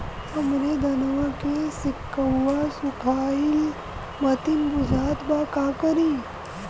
हमरे धनवा के सीक्कउआ सुखइला मतीन बुझात बा का करीं?